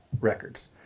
Records